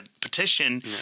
petition